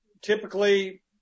typically